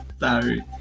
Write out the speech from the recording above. sorry